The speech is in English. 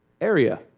area